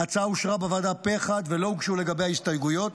ההצעה אושרה בוועדה פה אחד ולא הוגשו לגביה הסתייגויות,